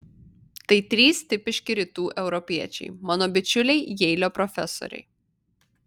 tai trys tipiški rytų europiečiai mano bičiuliai jeilio profesoriai